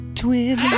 twin